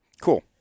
Cool